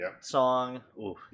song